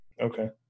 Okay